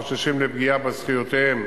החוששים לפגיעה בזכויותיהם